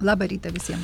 labą rytą visiem